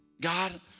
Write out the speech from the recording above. God